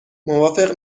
موافق